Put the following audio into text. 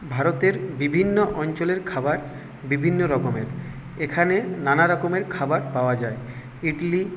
ভারতের বিভিন্ন অঞ্চলের খাবার বিভিন্ন রকমের এখানে নানারকমের খাবার পাওয়া যায় ইডলি